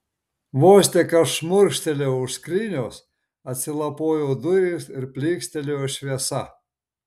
vos tik aš šmurkštelėjau už skrynios atsilapojo durys ir plykstelėjo šviesa